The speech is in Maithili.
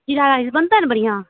जीरा राइस बनतै ने बढ़ियाॅं